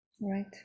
Right